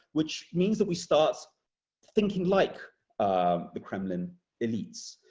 which means that we start thinking like the kremlin elites.